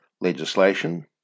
legislation